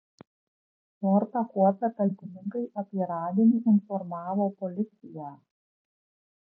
fortą kuopę talkininkai apie radinį informavo policiją